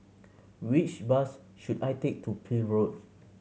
which bus should I take to Peel Road